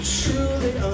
truly